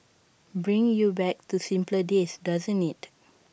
brings you back to simpler days doesn't IT